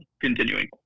continuing